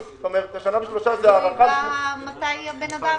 זה לכל היותר.